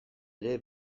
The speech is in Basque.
ere